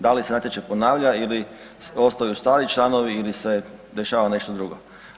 Da li se natječaj ponavlja ili ostaju stari članovi ili se dešava nešto drugo?